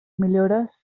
millores